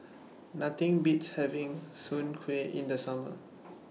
Nothing Beats having Soon Kway in The Summer